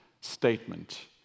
statement